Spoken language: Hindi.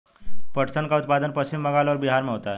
पटसन का उत्पादन पश्चिम बंगाल और बिहार में होता है